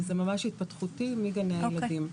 וזה ממש התפתחותי מגני הילדים.